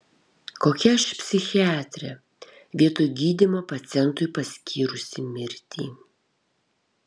kokia aš psichiatrė vietoj gydymo pacientui paskyrusi mirtį